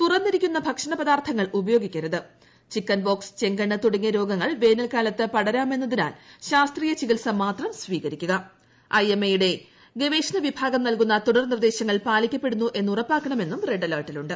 തുറന്നിരിക്കുന്ന ഭക്ഷണ പദാർഥങ്ങൾ ഉപയോഗിക്കരുത് ചിക്കൻപോക്സ് ചെങ്കണ്ണ് തുടങ്ങിയ രോഗങ്ങൾ വേനൽക്കാലത്ത് പടരാമെന്നതിനാൽ ശാസ്ത്രീയ ചികിത്സ മാത്രം സ്വീകരിക്കുക ഐഎംഎയുടെ ഗവേഷണ വിഭാഗം നൽകുന്ന തുടർ നിർദ്ദേശങ്ങൾ പാലിക്കപ്പെടുന്നു എന്ന് ഉറപ്പാക്കണമെന്നും റെഡ് അലർട്ടിലുണ്ട്